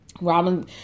Robin